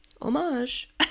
homage